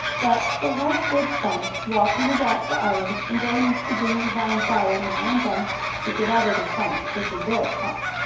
but they had good fun, walking about the island, and going into the green vine-bower now and then to get out of the sun, which was very hot.